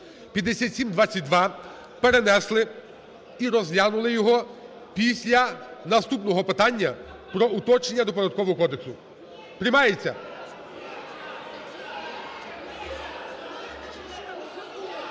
(5722) перенесли і розглянули його після наступного питання про уточнення до Податкового кодексу. Приймається?